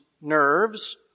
nerves